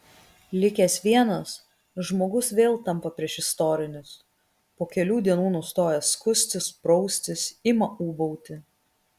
likęs vienas žmogus vėl tampa priešistorinis po kelių dienų nustoja skustis praustis ima ūbauti